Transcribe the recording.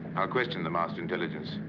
i'll question the master intelligence.